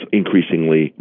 increasingly